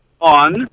on